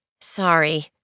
Sorry